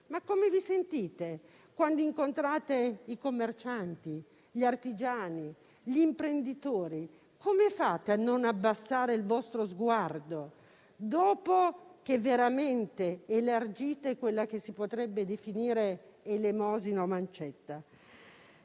Come vi sentite quando incontrate i commercianti, gli artigiani e gli imprenditori? Come fate a non abbassare il vostro sguardo, dopo che elargite quella che si potrebbe definire un'elemosina o una mancetta?